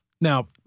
Now